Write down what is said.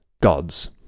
gods